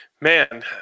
Man